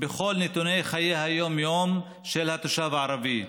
בכל נתוני חיי היום-יום של התושב הערבי: